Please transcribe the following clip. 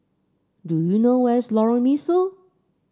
do you know where's Lorong Mesu